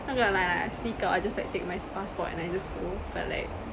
I sneak out I just like take my passport and I just go but like